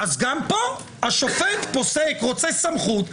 גם פה השופט רוצה סמכות,